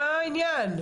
מה העניין?